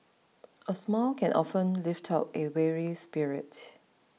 a smile can often lift up a weary spirit